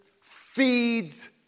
feeds